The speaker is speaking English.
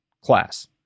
class